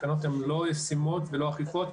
התקנות הן לא ישימות ולא אכיפות,